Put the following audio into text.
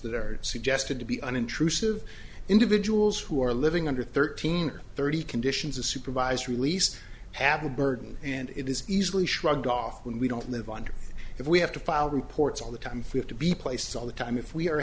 that are suggested to be unintrusive individuals who are living under thirteen or thirty conditions of supervised release have a burden and it is easily shrugged off when we don't live under if we have to file reports all the time we have to be placed all the time if we are